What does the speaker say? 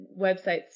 websites